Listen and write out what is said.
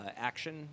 Action